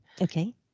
Okay